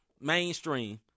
mainstream